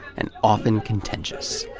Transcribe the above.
and often contentious.